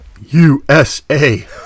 U-S-A